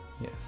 Yes